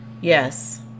Yes